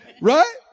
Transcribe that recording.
Right